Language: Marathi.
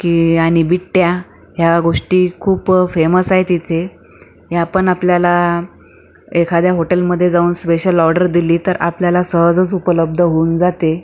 की आणि बिट्टया ह्या गोष्टी खूप फेमस आहे तिथे हे आपण आपल्याला एखाद्या होटेलमध्ये जाऊन स्पेशल ऑर्डर दिली तर आपल्याला सहजच उपलब्ध होऊन जाते